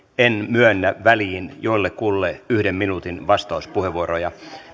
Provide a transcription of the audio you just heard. en myönnä väliin joillekuille yhden minuutin vastauspuheenvuoroja